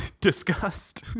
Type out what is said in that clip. Disgust